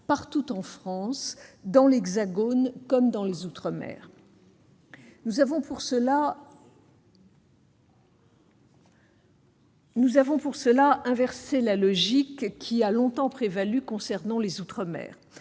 partout en France, dans l'Hexagone comme dans les outre-mer. Nous avons, pour cela, inversé la logique qui a longtemps prévalu concernant les outre-mer.